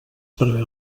preveu